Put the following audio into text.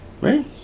right